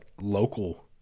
local